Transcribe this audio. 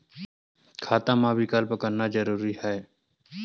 खाता मा विकल्प करना जरूरी है?